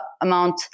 amount